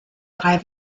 drei